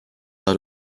how